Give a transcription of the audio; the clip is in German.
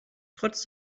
trotz